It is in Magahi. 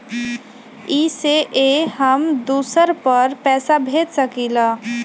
इ सेऐ हम दुसर पर पैसा भेज सकील?